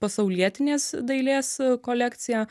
pasaulietinės dailės kolekciją